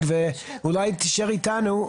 אולי תישאר איתנו.